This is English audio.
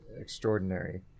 extraordinary